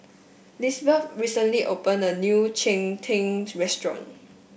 Lisbeth recently opened a new Cheng Tng restaurant